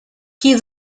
qui